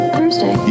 Thursday